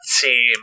team